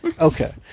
Okay